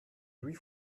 louis